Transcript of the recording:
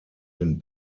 den